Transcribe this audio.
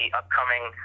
upcoming